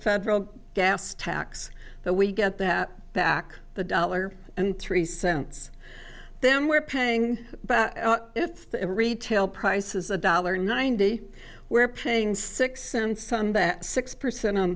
federal gas tax that we get that back the dollar and three cents then we're paying if the retail price is a dollar ninety we're paying six cents on that six percent on